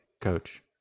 coach